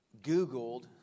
googled